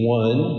one